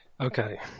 Okay